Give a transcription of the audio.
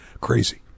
Crazy